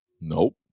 Nope